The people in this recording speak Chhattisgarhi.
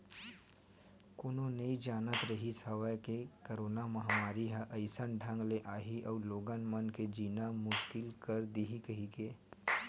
कोनो नइ जानत रिहिस हवय के करोना महामारी ह अइसन ढंग ले आही अउ लोगन मन के जीना मुसकिल कर दिही कहिके